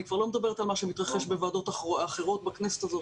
אני כבר שלא מדברת על מה שמתרחש בוועדות אחרות בכנסת הזאת,